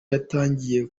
yatangiye